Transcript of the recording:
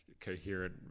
coherent